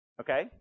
Okay